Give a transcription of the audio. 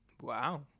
Wow